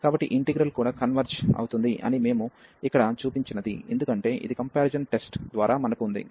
కాబట్టి ఈ ఇంటిగ్రల్ కూడా కన్వర్జ్ అవుతుంది అని మేము ఇక్కడ చూపించినది ఎందుకంటే ఇది కంపారిజాన్ టెస్ట్ ద్వారా మనకు ఉంది